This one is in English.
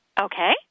okay